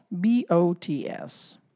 B-O-T-S